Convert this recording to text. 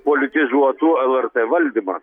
politizuotų lrt valdymą